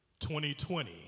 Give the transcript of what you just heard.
2020